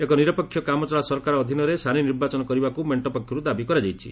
ଏକ ନିରପେକ୍ଷ କାମଚଳା ସରକାର ଅଧୀନରେ ସାନି ନିର୍ବାଚନ କରିବାକୁ ମେଣ୍ଟ ପକ୍ଷରୁ ଦାବି କରାଯାଇଛି